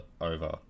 over